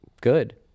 good